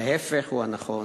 ההיפך הוא הנכון.